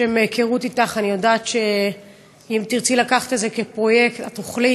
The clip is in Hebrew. שמהיכרות אתך אני יודעת שאם תרצי לקחת את זה כפרויקט את תוכלי.